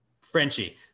Frenchie